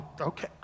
Okay